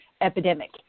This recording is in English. epidemic